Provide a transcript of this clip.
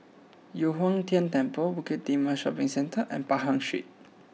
Yu Huang Tian Temple Bukit Timah Shopping Centre and Pahang Street